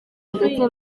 ndetse